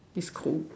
it's cold